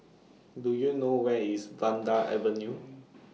Do YOU know Where IS Vanda Avenue